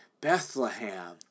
Bethlehem